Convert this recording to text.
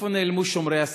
לאן נעלמו שומרי הסף,